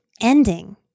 ending